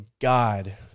god